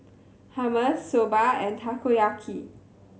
Hummus Soba and Takoyaki